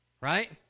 right